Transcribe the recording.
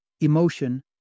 Emotion